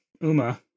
Uma